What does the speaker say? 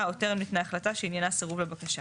או טרם ניתנה החלטה שעניינה סירוב לבקשה.